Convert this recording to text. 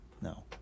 no